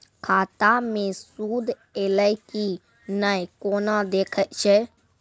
खाता मे सूद एलय की ने कोना देखय छै?